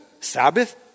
Sabbath